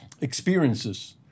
experiences